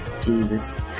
Jesus